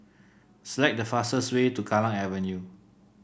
select the fastest way to Kallang Avenue